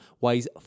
weighs